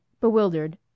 bewildered